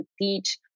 teach